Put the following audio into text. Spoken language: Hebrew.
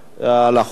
על החוק.